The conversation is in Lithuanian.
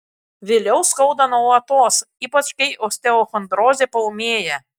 vėliau skauda nuolatos ypač kai osteochondrozė paūmėja